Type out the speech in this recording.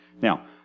Now